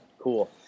Cool